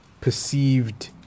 perceived